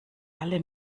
alle